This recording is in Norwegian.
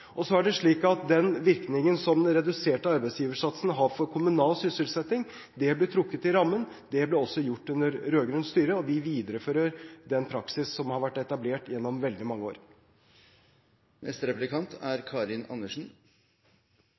arbeidsplassene. Så er det slik at den virkningen som den reduserte arbeidsgiversatsen har for kommunal sysselsetting, blir trukket i rammen. Det ble også gjort under rød-grønt styre, og vi viderefører den praksis som har vært etablert gjennom veldig mange år. Noe av forskjellen på regjeringen og SV er